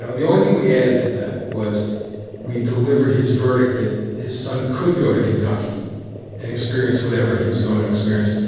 the only thing we added to that was we delivered his verdict that his son could go to kentucky and experience whatever he was going to experience.